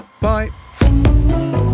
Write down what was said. bye